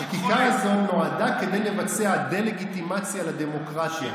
החקיקה הזאת נועדה כדי לבצע דה-לגיטימציה לדמוקרטיה,